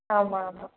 ஆமாம் ஆமாம்